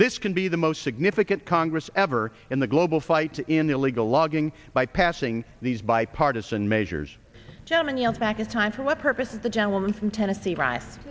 this can be the most significant congress ever in the global fight in illegal logging by passing these bipartisan measures german yells back in time for what purpose the gentleman from tennessee r